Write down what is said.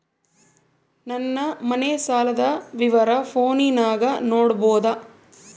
ನನ್ನ ಮನೆ ಸಾಲದ ವಿವರ ಫೋನಿನಾಗ ನೋಡಬೊದ?